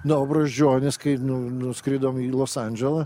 na o brazdžionis kai nu nuskridom į los andželą